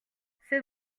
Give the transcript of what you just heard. cette